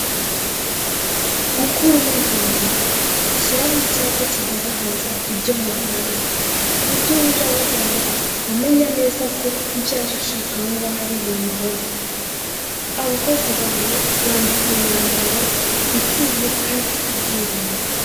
Mukuru w'ivuriro shyiraho icyapa kigaragaza ibyo muvura ku buryo uje abagana amenya neza ko ibyo aje ashaka aho ngaho ari bubibone, abakozi bawe bambike imyambaro ikwiye kandi ifite ubwirinzi.